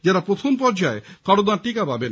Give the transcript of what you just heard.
যারা প্রথম পর্যায় করোনার টীকা পাবেন